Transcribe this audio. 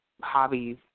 hobbies